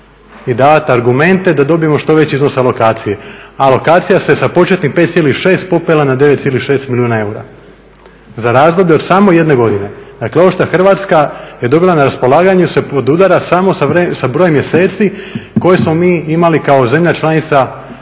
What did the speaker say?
i davati argumente da dobijemo što veći iznos alokacije. Alokacija se sa početnih 5,6 popela na 9,6 milijuna eura za razdoblje od samo jedne godine. Dakle, ovo što Hrvatska je dobila na raspolaganju se podudara samo sa brojem mjeseci koje smo mi imali kao zemlja članica pravo